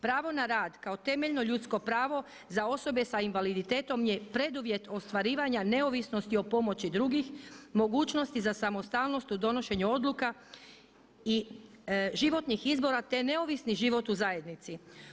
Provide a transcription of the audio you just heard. Pravo na rad kao temeljno ljudsko pravo za osobe s invaliditetom je preduvjet ostvarivanja neovisnosti o pomoći drugih, mogućnosti za samostalnost u donošenju odluka i životnih izbora te neovisni život u zajednici.